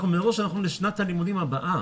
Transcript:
אנחנו מדברים על שנת הלימודים הבאה.